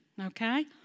okay